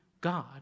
God